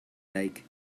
like